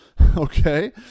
Okay